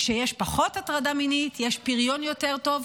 כשיש פחות הטרדה מינית יש פריון יותר טוב,